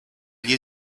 gli